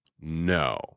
No